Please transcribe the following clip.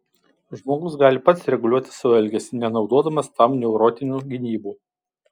žmogus gali pats reguliuoti savo elgesį nenaudodamas tam neurotinių gynybų